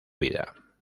vida